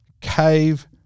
Cave